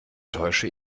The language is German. täusche